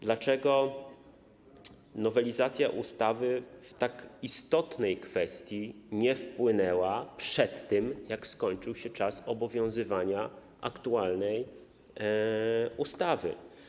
Dlaczego nowelizacja ustawy w tak istotnej kwestii nie wpłynęła przed tym, jak skończył się czas obowiązywania aktualnej ustawy?